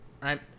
right